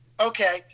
Okay